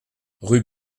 rue